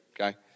okay